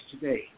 today